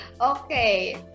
Okay